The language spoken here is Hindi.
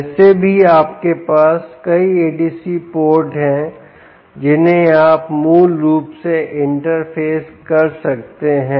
वैसे भी आपके पास कई एडीसी पोर्ट हैं जिन्हें आप मूल रूप से इंटरफ़ेस कर सकते हैं